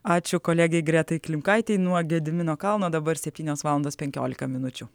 ačiū kolegei gretai klimkaitei nuo gedimino kalno dabar septynios valandos penkiolika minučių